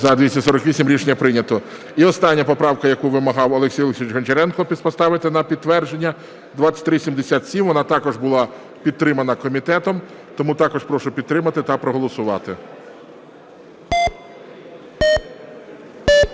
За-248 Рішення прийнято. І остання поправка, яку вимагав Олексій Олексійович Гончаренко поставити на підтвердження – 2377. Вона також була підтримана комітетом. Тому також прошу підтримати та проголосувати.